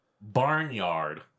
Barnyard